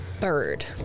bird